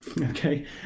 Okay